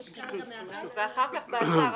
ואחר כך באתר.